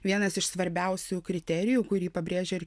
vienas iš svarbiausių kriterijų kurį pabrėžia ir